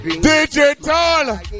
Digital